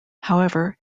however